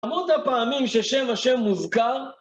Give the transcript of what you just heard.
המון הפעמים ששם ה' מוזכר,